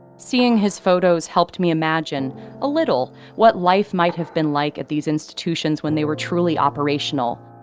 seeing his photos helped me imagine a little what life might have been like at these institutions when they were truly operational.